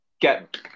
get